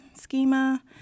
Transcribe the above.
schema